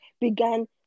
began